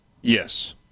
Yes